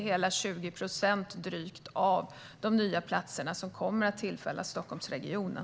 Hela 20 procent av platserna kommer att tillfalla Stockholmsregionen.